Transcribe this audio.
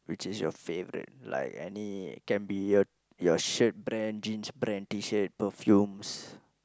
which is your favourite like any can be your shirt brand jeans brand T-shirt perfumes